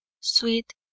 sweet